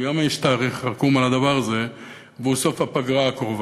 וגם יש תאריך רקום על הדבר הזה והוא סוף הפגרה הקרובה.